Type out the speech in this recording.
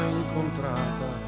incontrata